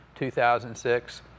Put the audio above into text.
2006